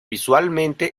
visualmente